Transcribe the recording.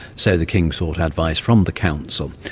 so the king sought advice from the council.